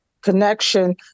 connection